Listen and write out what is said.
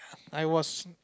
I was